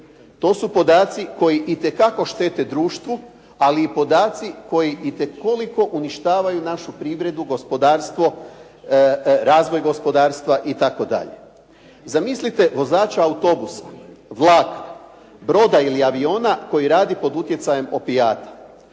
To su podaci koji itekako štete društvu, ali i podaci koji itekoliko uništavaju našu privredu, gospodarstvo, razvoj gospodarstva itd. Zamislite vozača autobusa, vlaka, broda ili aviona koji vozi pod utjecajem opijata.